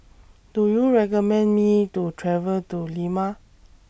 Do YOU recommend Me to travel to Lima